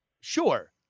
sure